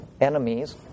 enemies